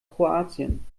kroatien